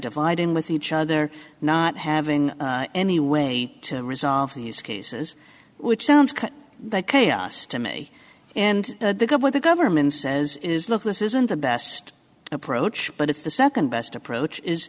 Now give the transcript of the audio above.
dividing with each other not having any way to resolve these cases which sounds cut chaos to me and what the government says is look this isn't the best approach but it's the second best approach is